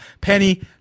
penny